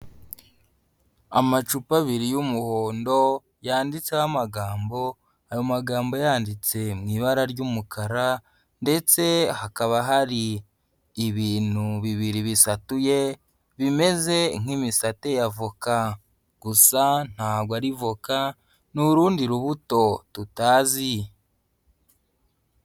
Amacupa abiri y'umuhondo, yanditseho amagambo, ayo magambo yanditse mu ibara ry'umukara, ndetse hakaba hari ibintu bibiri bisatuye, bimeze nk'imisate ya avoka. Gusa ntabwo ari avoka ni urundi rubuto, tutazi.